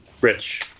Rich